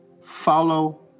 Follow